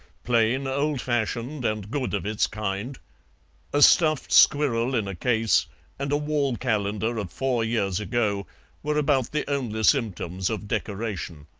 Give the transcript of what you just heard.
plain, old-fashioned, and good of its kind a stuffed squirrel in a case and a wall-calendar of four years ago were about the only symptoms of decoration.